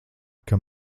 kam